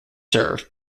served